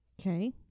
Okay